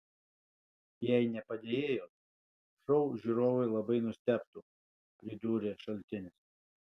jei ne padėjėjos šou žiūrovai labai nustebtų pridūrė šaltinis